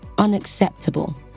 unacceptable